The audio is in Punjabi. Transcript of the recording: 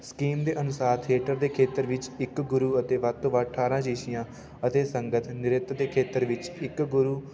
ਸਕੀਮ ਦੇ ਅਨੁਸਾਰ ਥੀਏਟਰ ਦੇ ਖੇਤਰ ਵਿੱਚ ਇੱਕ ਗੁਰੂ ਅਤੇ ਵੱਧ ਤੋਂ ਵੱਧ ਅਠਾਰਾਂ ਸ਼ਿੱਸ਼ਿਆਂ ਅਤੇ ਸੰਗਤ ਨ੍ਰਿੱਤ ਦੇ ਖੇਤਰ ਵਿੱਚ ਇੱਕ ਗੁਰੂ